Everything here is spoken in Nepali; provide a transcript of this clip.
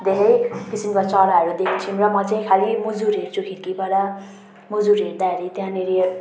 धेरै किसिमका चराहरू देख्छौँ र म चाहिँ खालि मुजुर हेर्छु खिर्कीबाट मुजुर हेर्दाखेरि त्यहाँनिर